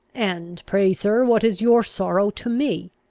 and pray, sir, what is your sorrow to me?